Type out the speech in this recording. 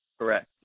Correct